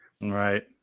right